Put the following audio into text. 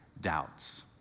doubts